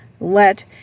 let